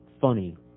funny